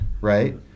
right